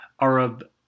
Arab